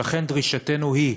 ולכן דרישתנו היא: